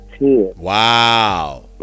Wow